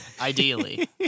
ideally